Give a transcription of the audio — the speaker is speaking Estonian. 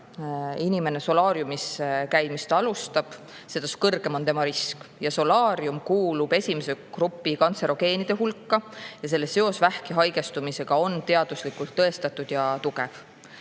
inimene solaariumis käimist alustab, seda kõrgem on tema risk. Solaarium kuulub esimese grupi kantserogeenide hulka ja selle seos vähki haigestumisega on teaduslikult tõestatud ja tugev.